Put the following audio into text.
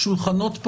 ההסכמה?